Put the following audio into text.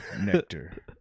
nectar